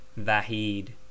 Vahid